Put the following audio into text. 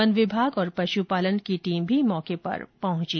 one विभाग और पशुपालन की टीम भी मौके पर पहुंची